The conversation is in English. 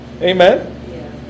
Amen